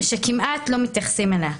ושכמעט לא מתייחסים אליה,